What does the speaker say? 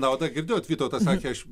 naudą girdėjot vytautas sakė aš